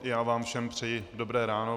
I já vám všem přeji dobré ráno.